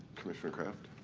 commissioner kraft?